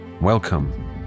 Welcome